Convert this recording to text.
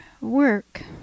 work